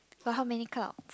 got how many cloud